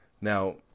Now